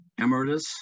Emeritus